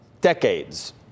decades